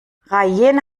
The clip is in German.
rayen